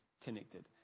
connected